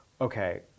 okay